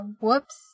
whoops